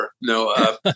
No